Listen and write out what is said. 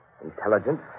Intelligence